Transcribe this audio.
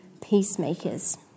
peacemakers